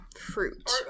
fruit